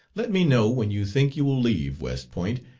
let me know when you think you will leave west point,